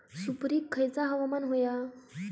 सुपरिक खयचा हवामान होया?